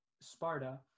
Sparta